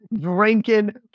drinking